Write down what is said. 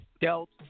Delta